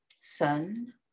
sun